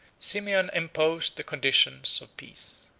simeon imposed the conditions of peace.